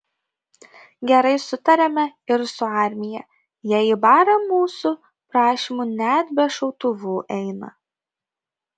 gerai sutariame ir su armija jie į barą mūsų prašymu net be šautuvų eina